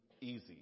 easy